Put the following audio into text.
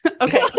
Okay